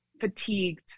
fatigued